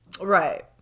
right